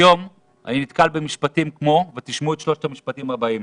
היום אני נתקל במשפטים כמו שלושת המשפטים הבאים: